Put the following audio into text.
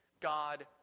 God